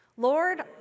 Lord